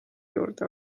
juurde